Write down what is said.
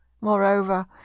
Moreover